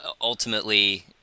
ultimately